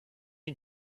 and